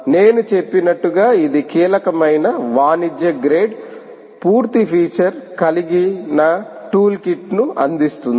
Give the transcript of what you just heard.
నేను చెప్పినట్లుగా ఇది కీలకమైన వాణిజ్య గ్రేడ్ పూర్తి ఫీచర్ కలిగిన టూల్కిట్ను అందిస్తుంది